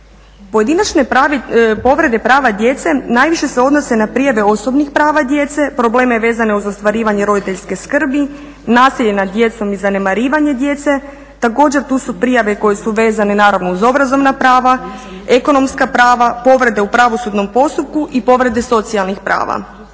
Pojedinačne povrede prava djece najviše se odnose na prijave osobnih prava djece, probleme vezane uz ostvarivanje roditeljske skrbi, nasilje nad djecom i zanemarivanje djece. Također tu su prijave koje su vezane naravno uz obrazovna prava, ekonomska prava, povrede u pravosudnom postupku i povrede socijalnih prava.